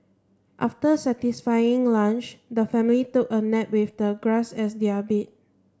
after satisfying lunch the family took a nap with the grass as their bed